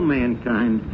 mankind